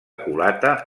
culata